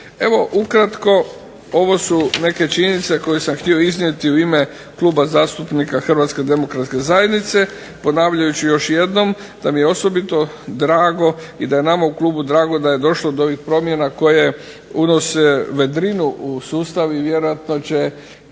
Evo ukratko ovo su neke činjenice koje sam htio iznijeti u ime Kluba zastupnika Hrvatske demokratske zajednice ponavljajući još jednom da mi je osobito drago i da je nama u klubu drago da je došlo do ovih promjena koje unose vedrinu u sustav i vjerojatno će